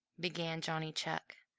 began johnny chuck,